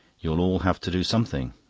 you'll all have to do something.